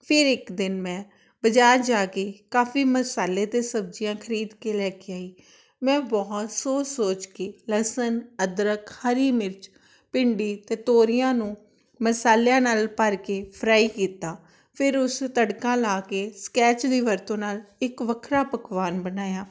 ਫਿਰ ਇੱਕ ਦਿਨ ਮੈਂ ਬਜ਼ਾਰ ਜਾ ਕੇ ਕਾਫ਼ੀ ਮਸਾਲੇ ਅਤੇ ਸਬਜ਼ੀਆਂ ਖਰੀਦ ਕੇ ਲੈ ਕੇ ਆਈ ਮੈਂ ਬਹੁਤ ਸੋਚ ਸੋਚ ਕੇ ਲਸਣ ਅਦਰਕ ਹਰੀ ਮਿਰਚ ਭਿੰਡੀ ਅਤੇ ਤੋਰੀਆਂ ਨੂੰ ਮਸਾਲਿਆਂ ਨਾਲ ਭਰ ਕੇ ਫਰਾਈ ਕੀਤਾ ਫਿਰ ਉਸ ਤੜਕਾ ਲਾ ਕੇ ਸਕੈਚ ਦੀ ਵਰਤੋਂ ਨਾਲ ਇੱਕ ਵੱਖਰਾ ਪਕਵਾਨ ਬਣਾਇਆ